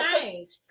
change